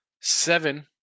Seven